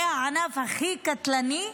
זה הענף הכי קטלני.